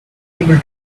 able